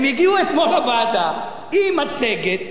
הם הגיעו אתמול לוועדה עם מצגת,